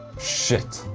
shit,